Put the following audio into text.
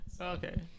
okay